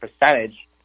percentage